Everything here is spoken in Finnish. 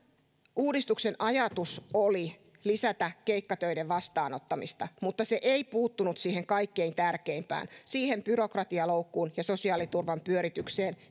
uudistuksen ajatus oli lisätä keikkatöiden vastaanottamista mutta se ei puuttunut siihen kaikkein tärkeimpään siihen byrokratialoukkuun ja sosiaaliturvan pyöritykseen